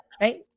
Right